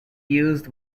used